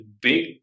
big